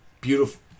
beautiful